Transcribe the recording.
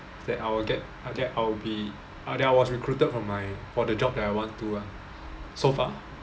that I'll get I'll get I'll be that I was recruited for my for the job that I want to ah so far